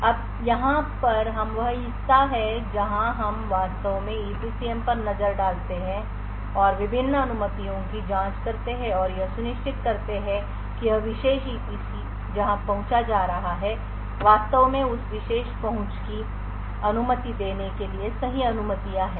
अब यहाँ पर हम वह हिस्सा हैं जहाँ हम वास्तव में EPCM पर नज़र डालते हैं और विभिन्न अनुमतियों की जाँच करते हैं और यह सुनिश्चित करते हैं कि यह विशेष EPC जहाँ पहुँचा जा रहा है वास्तव में उस विशेष पहुँच की अनुमति देने के लिए सही अनुमतियाँ हैं